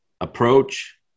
Approach